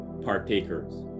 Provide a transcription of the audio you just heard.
partakers